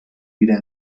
wieder